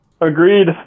agreed